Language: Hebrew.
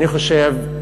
אני חושב,